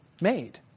made